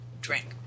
drink